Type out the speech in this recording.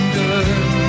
good